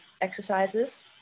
exercises